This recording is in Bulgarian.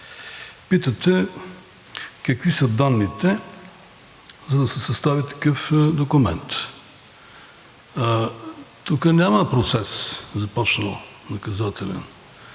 Питате: какви са данните, за да се състави такъв документ? Тук няма започнал наказателен